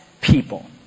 people